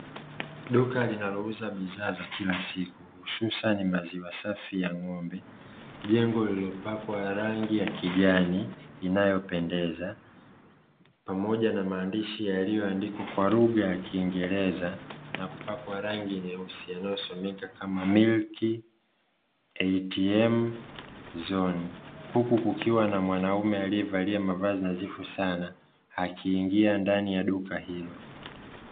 Duka linalouza bidhaa za kila siku hususani maziwa safi ya ng'ombe, jengo lililopakwa rangi ya kijani inayopendeza pamoja na maandishi yaliyoandikwa kwa lugha ya kingereza na kupakwa rangi nyeusi yanayosomeka kama "Milk ATM Zone" huku kukiwa na mwanaume aliyevalia mavazi nadhifu sana akiingia ndani ya duka hilo.